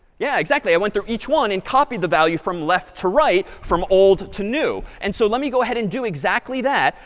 yeah, exactly, i went through each one and copied the value from left to right, from old to new. and so let me go ahead and do exactly that.